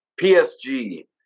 PSG